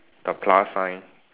the plus sign